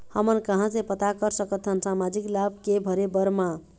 हमन कहां से पता कर सकथन सामाजिक लाभ के भरे बर मा?